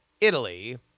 Italy